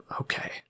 Okay